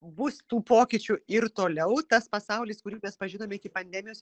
bus tų pokyčių ir toliau tas pasaulis kurį mes pažinome iki pandemijos